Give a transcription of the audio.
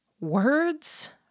Words